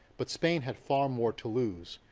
but spain had far more to lose.